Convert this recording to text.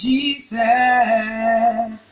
Jesus